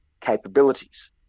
capabilities